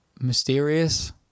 Mysterious